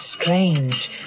strange